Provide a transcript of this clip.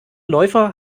läufer